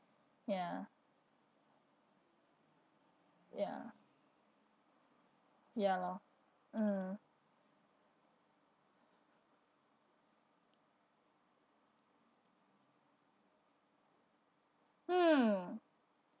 ya ya ya loh mm hmm